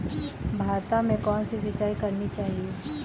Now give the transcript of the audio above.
भाता में कौन सी सिंचाई करनी चाहिये?